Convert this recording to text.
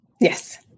Yes